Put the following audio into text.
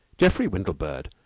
geoffrey windlebird,